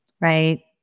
Right